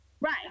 Right